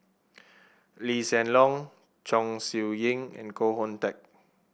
Lee Hsien Loong Chong Siew Ying and Koh Hoon Teck